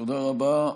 תודה רבה.